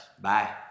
bye